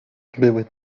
były